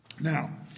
Now